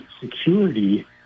security